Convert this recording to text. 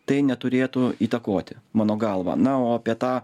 tai neturėtų įtakoti mano galva na o apie tą